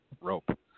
Rope